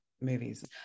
movies